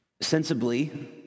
sensibly